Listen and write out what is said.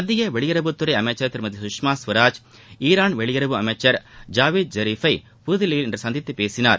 மத்திய வெளியுறவுத்துறை அமைச்சர் திருமதி சுஷ்மா ஸ்வராஜ் ஈரான் வெளியுறவு அமைச்சர் ஜாவித் ஷெரீப்பை புதுதில்லியில் இன்று சந்தித்து பேசினார்